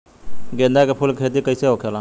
गेंदा के फूल की खेती कैसे होखेला?